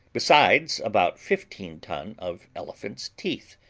besides about fifteen ton of elephants' teeth,